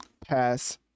pass